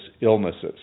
illnesses